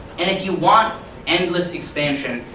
and if you want endless expansion,